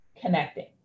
connecting